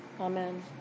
Amen